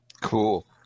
Cool